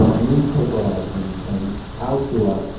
um newspaper ads and and outdoor.